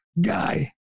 guy